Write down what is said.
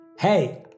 Hey